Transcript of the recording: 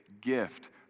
gift